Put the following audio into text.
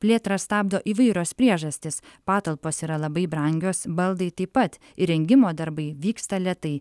plėtrą stabdo įvairios priežastys patalpos yra labai brangios baldai taip pat įrengimo darbai vyksta lėtai